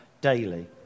daily